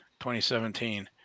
2017